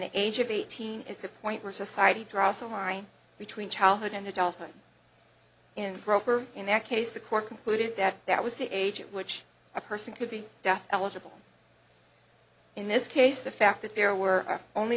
the age of eighteen is a point where society draws a line between childhood and the dolphin in the broker in that case the court concluded that that was the age at which a person could be eligible in this case the fact that there were only